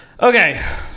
okay